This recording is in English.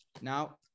now